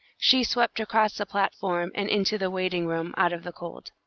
she swept across the platform and into the waiting-room, out of the cold.